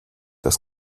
das